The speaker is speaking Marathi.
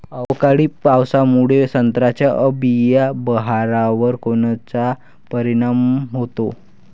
अवकाळी पावसामुळे संत्र्याच्या अंबीया बहारावर कोनचा परिणाम होतो?